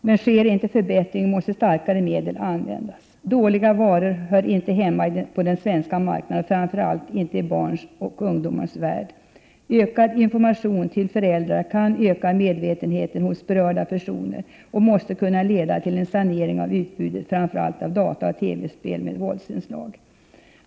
Men sker inte en förbättring, måste starkare medel användas. Dåliga varor hör inte hemma på den svenska marknaden, framför allt inte i barns och ungdomars värld. Ökad information till föräldrar kan öka medvetenheten hos berörda personer och måste kunna leda till en sanering av utbudet av framför allt dataoch TV-spel med våldsinslag.